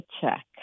check